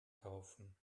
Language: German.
kaufen